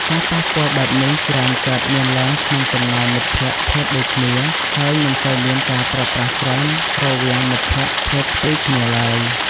ការប៉ះពាល់បែបនេះច្រើនកើតមានឡើងក្នុងចំណោមមិត្តភក្តិភេទដូចគ្នា ហើយមិនសូវមានការប្រើប្រាស់ច្រើនរវាងមិត្តភក្តិភេទផ្ទុយគ្នាឡើយ។